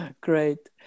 Great